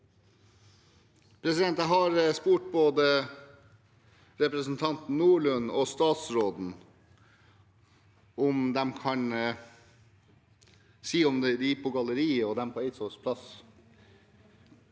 næring. Jeg har spurt både representanten Nordlund og statsråden om de kan si hvordan de på galleriet og de på Eidsvolls plass